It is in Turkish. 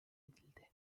edildi